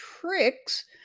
tricks